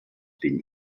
bin